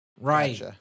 Right